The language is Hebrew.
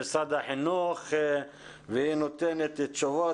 אבל נמצאת איתנו ראש אגף חינוך מיוחד במשרד החינוך והיא נותנת תשובות.